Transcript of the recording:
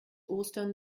ostern